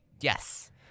Yes